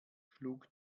schlug